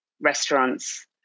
restaurants